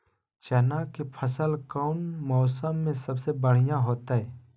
चना के फसल कौन मौसम में सबसे बढ़िया होतय?